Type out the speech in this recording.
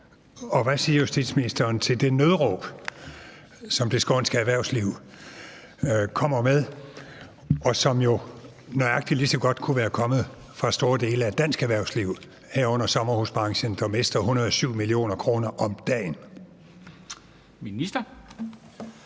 og hvad siger justitsministeren til det nødråb, som det skånske erhvervsliv kommer med, og som jo nøjagtig lige så godt kunne være kommet fra store dele af dansk erhvervsliv, herunder sommerhusbranchen, der mister 107 mio. kr. om dagen? Kl.